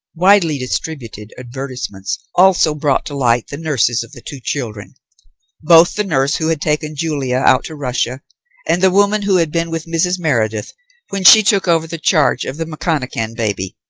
widely distributed advertisements also brought to light the nurses of the two children both the nurse who had taken julia out to russia and the woman who had been with mrs. meredith when she took over the charge of the mcconachan baby,